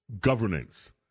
governance